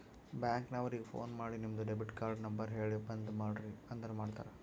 bank ನವರಿಗ phone ಮಾಡಿ ನಿಮ್ದು ಡೆಬಿಟ್ ಕಾರ್ಡ್ ನಂಬರ್ ಹೇಳಿ ಬಂದ್ ಮಾಡ್ರಿ ಅಂದುರ್ ಮಾಡ್ತಾರ